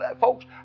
folks